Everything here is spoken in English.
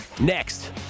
Next